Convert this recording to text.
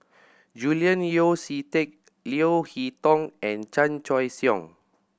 Julian Yeo See Teck Leo Hee Tong and Chan Choy Siong